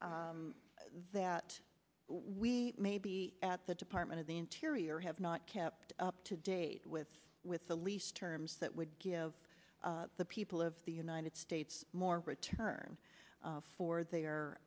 way that we may be at the department of the interior have not kept up to date with with the lease terms that would give the people of the united states more return for their